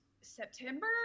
September